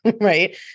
right